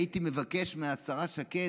הייתי מבקש מהשרה שקד,